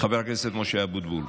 חבר הכנסת משה אבוטבול,